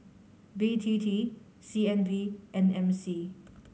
B T T C N B and M C